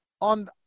on